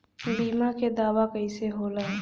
बीमा के दावा कईसे होला?